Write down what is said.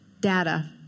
data